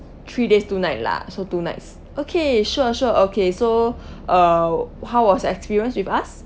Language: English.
three days two night lah so two nights okay sure sure okay so uh how was your experience with us